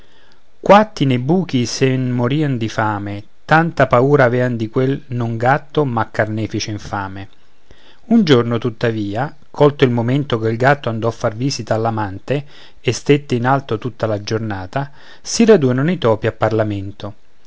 quatti nei buchi sen morian di fame tanta paura avean di quel non gatto ma carnefice infame un giorno tuttavia colto il momento che il gatto andò a far visita all'amante e stette in alto tutta la giornata si radunano i topi a parlamento